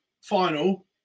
final